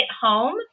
home